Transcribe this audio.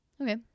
Okay